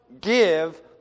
give